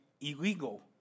illegal